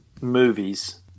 movies